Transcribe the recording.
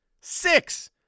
six